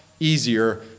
easier